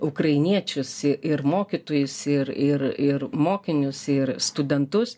ukrainiečius ir mokytojus ir ir ir mokinius ir studentus